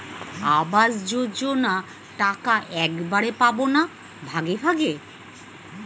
আবাস যোজনা টাকা একবারে পাব না ভাগে ভাগে?